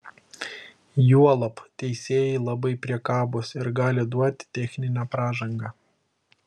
juolab teisėjai labai priekabūs ir gali duoti techninę pražangą